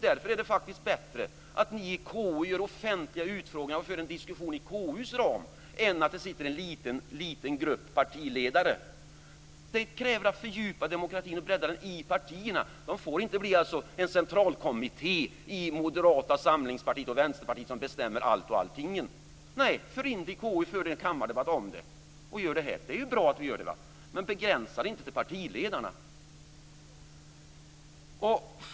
Därför är det faktiskt bättre att ni i KU gör offentliga utfrågningar och för en diskussion inom KU:s ram än att det sitter en liten grupp partiledare. Det krävs fördjupning av demokratin och att den breddas i partierna. Det får inte bli en centralkommitté i Moderata samlingspartiet och Vänsterpartiet som bestämmer allting. Nej, för in frågan i KU och för en kammardebatt om den, gör det här! Det är bra att vi gör det. Men begränsa inte detta till partiledarna.